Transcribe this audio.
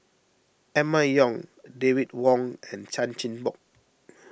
Emma Yong David Wong and Chan Chin Bock